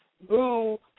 Boo